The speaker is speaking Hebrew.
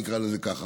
נקרא לזה ככה.